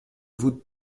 voûtes